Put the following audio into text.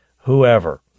whoever